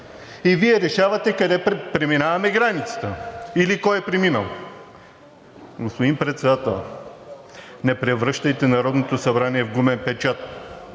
И Вие решавате къде преминаваме границата или кой я е преминал?! Господин Председател, не превръщайте Народното събрание в гумен печат